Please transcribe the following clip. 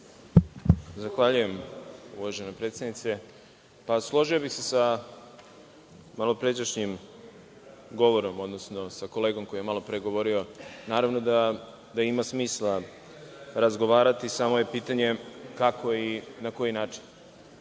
Zahvaljujem, uvažena predsednice. Složio bih se sa malopređašnjim govorom, odnosno sa kolegom koji je malopre govorio. Naravno da ima smisla razgovarati, samo je pitanje kako i n a koji način.